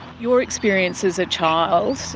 your experience as a child,